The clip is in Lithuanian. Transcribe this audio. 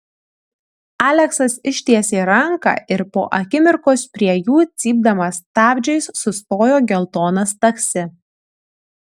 aleksas ištiesė ranką ir po akimirkos prie jų cypdamas stabdžiais sustojo geltonas taksi